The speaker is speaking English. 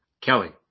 Kelly